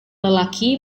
lelaki